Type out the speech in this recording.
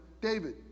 david